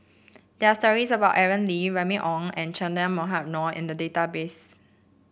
there are stories about Aaron Lee Remy Ong and Che Dah Mohamed Noor in the database